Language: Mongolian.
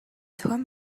зохион